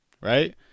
right